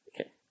Okay